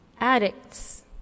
addicts